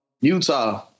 Utah